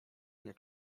nie